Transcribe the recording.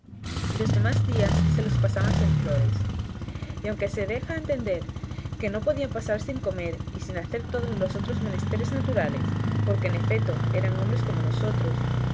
los demás días se los pasaban en flores y aunque se deja entender que no podían pasar sin comer y sin hacer todos los otros menesteres naturales porque en efeto eran hombres como nosotros